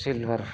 silver